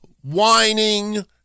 whining